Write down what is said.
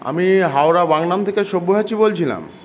আমি হাওড়া বাগনান থেকে সব্যসাচী বলছিলাম